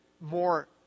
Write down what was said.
more